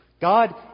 God